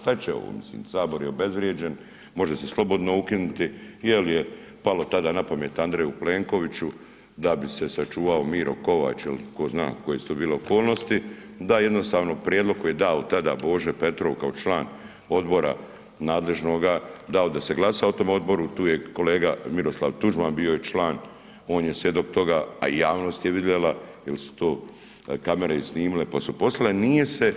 Šta će ovo, mislim Sabor je obezvrijeđen, može se slobodno ukinuti jer je palo tada na pamet Andreju Plenkoviću da bi se sačuvao Miro Kovač, jer tko zna koje su to bile okolnosti, da jednostavno prijedlog koji je dao tada Božo Petrov kao član odbora nadležnoga, dao da se glasa u tom odboru, tu je kolega Miroslovan Tuđman bio član, on je svjedok toga a i javnost je vidjela jer su to kamere i snimile pa su poslale, nije se